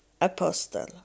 apostle